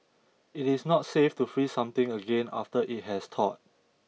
it is not safe to freeze something again after it has thawed